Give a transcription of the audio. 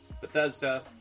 Bethesda